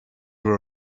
were